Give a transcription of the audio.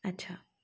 अच्छा